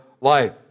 life